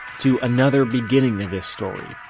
to another beginning of this story.